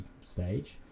stage